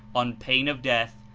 on pain of death,